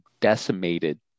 decimated